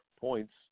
points